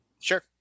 Sure